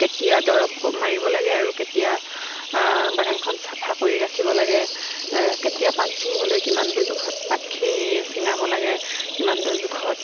কেতিয়া দৰৱ মাৰিব লাগে আৰু কেতিয়া বাগানখন চাফা কৰি ৰাখিব লাগে কেতিয়া পাত ছিঙিবলৈ কিমানটো জোখত পাতখিনি ছিঙাব লাগে কিমানটো জোখত